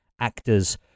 actors